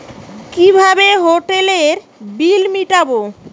কিভাবে হোটেলের বিল মিটাব?